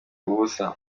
ubusa